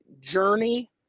journey